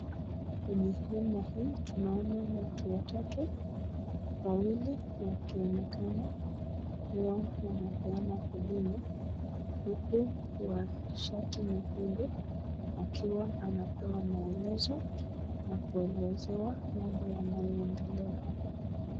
Kwenye hema hii tunaona watu watatu, wawili wakionekana kua wanapeana huduma , huku wa shati nyekundu akiwa anapewa maelezo na kuelezewa mambo yanayoendelea hapa.